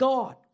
God